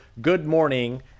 goodmorning